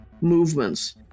movements